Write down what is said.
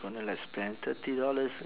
gonna like spend thirty dollars